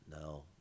no